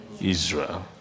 Israel